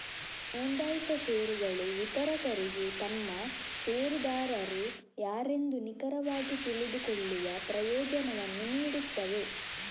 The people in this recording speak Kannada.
ನೋಂದಾಯಿತ ಷೇರುಗಳು ವಿತರಕರಿಗೆ ತಮ್ಮ ಷೇರುದಾರರು ಯಾರೆಂದು ನಿಖರವಾಗಿ ತಿಳಿದುಕೊಳ್ಳುವ ಪ್ರಯೋಜನವನ್ನು ನೀಡುತ್ತವೆ